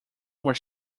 were